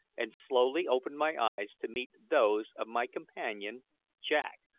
and slowly opened my eyes to meet those of my companion jack,